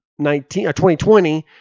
2020